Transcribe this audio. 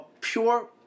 pure –